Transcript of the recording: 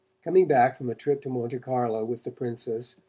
coming back from a trip to monte-carlo with the princess,